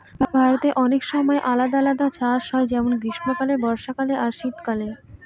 ভারতে অনেক সময় আলাদা আলাদা চাষ হয় যেমন গ্রীস্মকালে, বর্ষাকালে আর শীত কালে